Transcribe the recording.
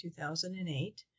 2008